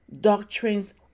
doctrines